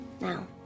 Now